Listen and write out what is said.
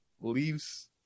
leaves